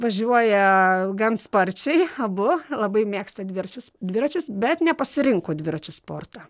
važiuoja gan sparčiai abu labai mėgsta dviračius dviračius bet nepasirinko dviračių sportą